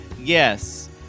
Yes